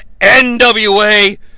NWA